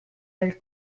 nel